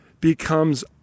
becomes